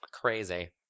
crazy